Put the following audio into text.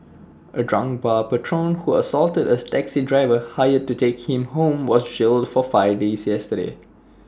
A drunk bar patron who assaulted A taxi driver hired to take him home was jailed for five days yesterday